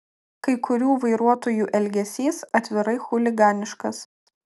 kai kurių vairuotojų elgesys atvirai chuliganiškas